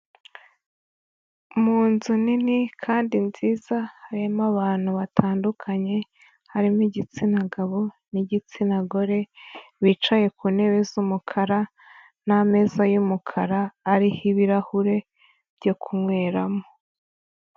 Mu nzu nini kandi nziza harimo abantu batandukanye harimo igitsina gabo n'igitsina gore bicaye ku ntebe z'umukara n'ameza y'umukara ariho ibirahure byo kunyweramo.